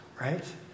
right